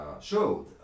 showed